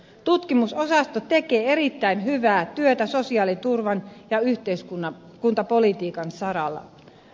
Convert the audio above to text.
tutkimusosasto tekee erittäin hyvää työtä sosiaaliturvan ja yhteiskuntapolitiikan saralla